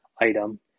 item